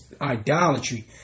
idolatry